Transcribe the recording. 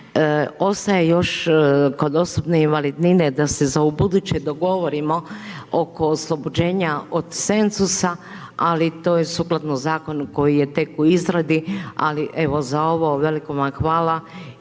Ostaje još kod osobne invalidnine da se za ubuduće dogovorimo oko oslobođenja od cenzusa ali to je sukladno zakonu koji je tek u izradi. Ali evo za ovo, velika vam hvala